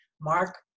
Mark